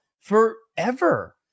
forever